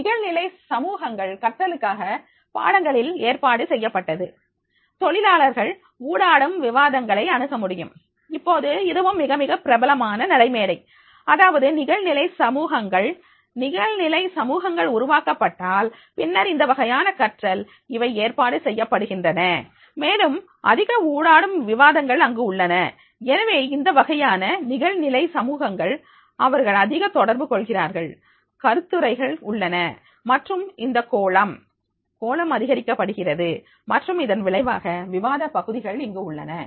நிகழ்நிலை சமூகங்கள் கற்றலுக்காக பாடங்களில் ஏற்பாடு செய்யப்பட்டது தொழிலாளர்கள் ஊடாடும் விவாதங்களை அணுகமுடியும் இப்போது இதுவும் மிக மிக பிரபலமான நடைமேடை அதாவது நிகழ்நிலை சமூகங்கள் நிகழ்நிலை சமூகங்கள் உருவாக்கப்பட்டால் பின்னர் இந்த வகையான கற்றல் இவை ஏற்பாடு செய்யப்படுகின்றன மேலும் அதிக ஊடாடும் விவாதங்கள் அங்கு உள்ளன எனவே இந்த வகையான நிகழ்நிலை சமூகங்கள் அவர்கள் அதிக தொடர்பு கொள்கிறார்கள் கருத்துரைகள் உள்ளன மற்றும் இந்தக் கோளம் கோளம் அதிகரிக்கிறது மற்றும் இதன் விளைவாக விவாத பகுதிகள் இங்கு உள்ளன